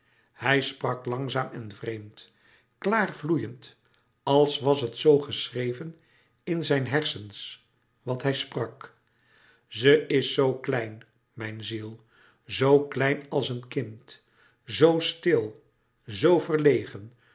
hij sprak langzaam en vreemd klaar vloeiend als was het zoo geschreven in zijn hersens wat hij sprak ze is zoo klein mijn ziel zoo klein als een kind zoo stil zoo verlegen